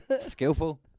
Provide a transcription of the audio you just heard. Skillful